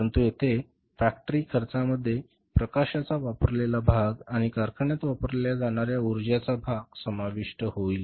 परंतु येथे फॅक्टरी खर्चामध्ये प्रकाशाचा वापरलेला भाग आणि कारखान्यात वापरल्या जाणार्या उर्जाचा भाग समाविष्ट होईल